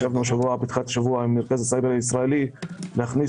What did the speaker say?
ישבנו השבוע עם מרכז הסייבר הישראלי כדי להכניס